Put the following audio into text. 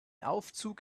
aufzug